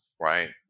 right